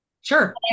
Sure